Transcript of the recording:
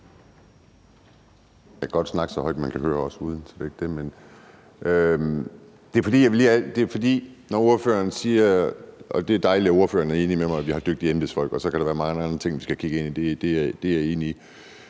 høre mig, så det er ikke det. Det er dejligt, at ordførerne er enig med mig i, at vi har dygtige embedsfolk, og så kan der være mange andre ting, vi skal kigge ind i, det er jeg enig i.